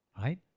Right